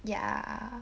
ya